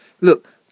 Look